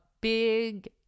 big